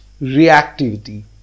reactivity